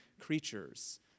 creatures